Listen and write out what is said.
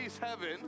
heaven